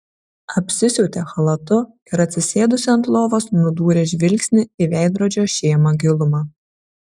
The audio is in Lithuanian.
apsisiautė chalatu ir atsisėdusi ant lovos nudūrė žvilgsnį į veidrodžio šėmą gilumą